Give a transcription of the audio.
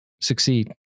Succeed